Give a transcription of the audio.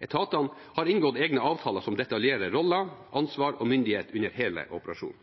Etatene har inngått egne avtaler som detaljerer roller, ansvar og myndighet under hele operasjonen.